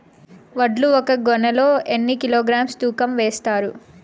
వడ్లు ఒక గోనె లో ఎన్ని కిలోగ్రామ్స్ తూకం వేస్తారు?